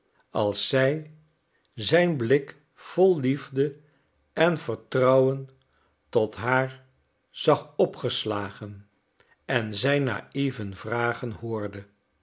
als zij zijn blik vol liefde en vertrouwen tot haar zag opgeslagen en zijn naïve vragen hoorde